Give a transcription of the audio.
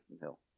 Hill